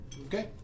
Okay